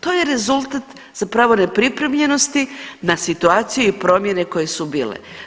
To je rezultat zapravo nepripremljenosti na situaciju i promjene koje su bile.